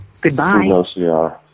Goodbye